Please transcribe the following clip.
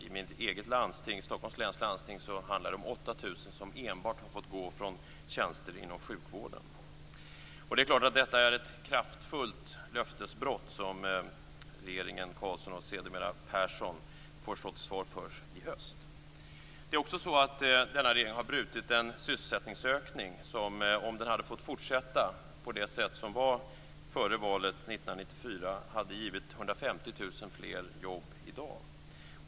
I mitt eget landsting, Stockholms läns landsting, handlar det om 8 000 som har fått gå enbart från tjänster inom sjukvården. Detta är förstås ett kraftfullt löftesbrott, som regeringen Carlsson, sedermera Persson, får stå till svars för i höst. Denna regering har också brutit en sysselsättningsökning som, om den hade fått fortsätta på samma sätt som före valet 1994, hade givit 150 000 fler jobb i dag.